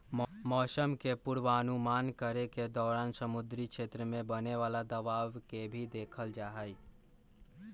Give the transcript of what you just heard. मौसम के पूर्वानुमान करे के दौरान समुद्री क्षेत्र में बने वाला दबाव के भी देखल जाहई